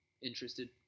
interested